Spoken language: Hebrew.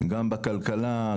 גם בכלכלה,